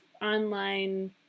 online